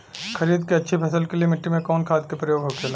खरीद के अच्छी फसल के लिए मिट्टी में कवन खाद के प्रयोग होखेला?